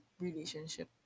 relationship